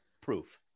Proof